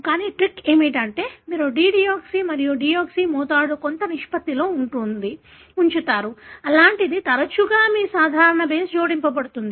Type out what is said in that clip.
కానీ ట్రిక్ ఏమిటంటే మీరు డిడియోక్సీ మరియు డియోక్సీ మోతాదును కొంత నిష్పత్తిలో ఉంచుతారు అలాంటిది తరచుగా మీ సాధారణ బేస్ జోడించబడుతుంది